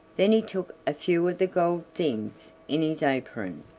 then he took a few of the gold things in his apron,